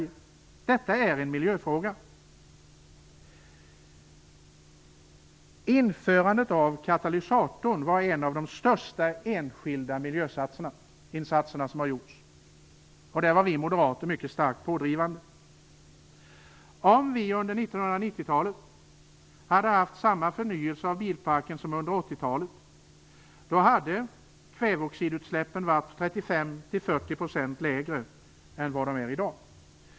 Detta är en miljöfråga. Införandet av katalysatorn var en av de största miljöinsatser som har gjorts. Där var vi moderater mycket starkt pådrivande. Om vi under 1990-talet hade haft samma förnyelse av bilparken som under 1980-talet hade kväveoxidutsläppen varit 35-40 % lägre än vad de är i dag.